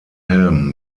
helm